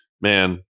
man